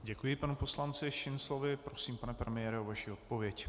Děkuji panu poslanci Šinclovi, prosím, pane premiére, o vaši odpověď.